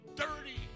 dirty